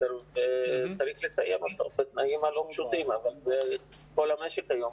בסמסטר וצריך לסיים אותו בתנאים הלא פשוטים אבל כל המשק היום